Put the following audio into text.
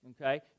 okay